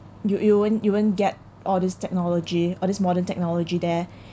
you you won't you won't get all this technology all this modern technology there